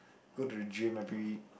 go to the gym every